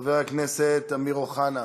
חבר הכנסת אמיר אוחנה,